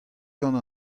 gant